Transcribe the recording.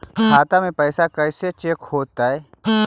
खाता में पैसा कैसे चेक हो तै?